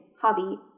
hobby